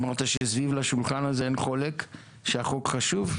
אמרת שסביב השולחן הזה אין חולק שהחוק חשוב?